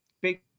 big